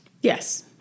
Yes